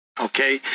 okay